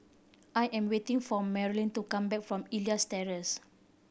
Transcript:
I am waiting for Marylyn to come back from Elias Terrace